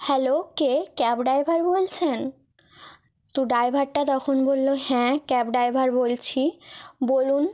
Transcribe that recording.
hello কে cab driver বলছেন তো ড্রাইভারটা তখন বললো হ্যাঁ ক্যাব ড্রাইভার বলছি বলুন